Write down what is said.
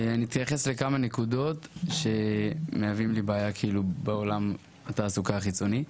אני אתייחס לכמה נקודות שמהוות לי בעיה בעולם התעסוקה החיצוני.